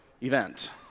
event